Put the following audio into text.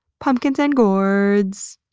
pumpkins and gourds.